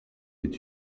est